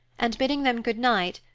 and, bidding them good-night,